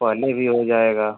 पहले भी हो जाएगा